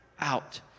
out